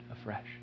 afresh